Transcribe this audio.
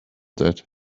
that